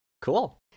Cool